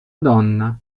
donna